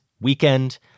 weekend